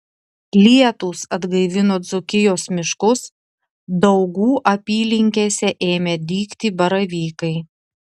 lietūs atgaivino dzūkijos miškus daugų apylinkėse ėmė dygti baravykai